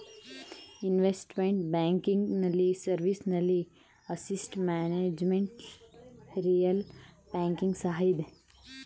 investment banking ನಲ್ಲಿ service ನಲ್ಲಿ asset management, retail banking ಸಹ ಇದೆ